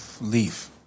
Leave